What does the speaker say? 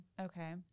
Okay